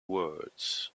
words